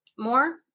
more